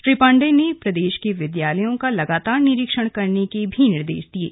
श्री पाण्डेय ने प्रदेश के विद्यालयों का लगातार निरीक्षण करने के भी निर्देश दिये